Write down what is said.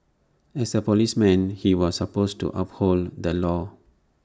as A policeman he was supposed to uphold the law